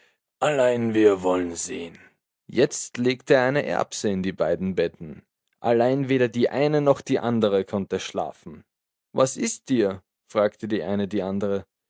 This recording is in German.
allein wir wollen sehen jetzt legte er eine erbse in beide betten allein weder die eine noch die andere konnte schlafen was ist dir fragte die eine die andere